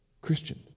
Christian